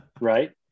right